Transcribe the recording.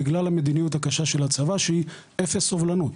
בגלל המדיניות הקשה של הצבא שהיא אפס סובלנות.